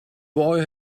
boy